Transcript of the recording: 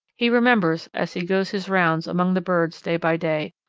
he remembers, as he goes his rounds among the birds day by day,